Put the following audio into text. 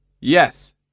Yes